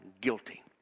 guilty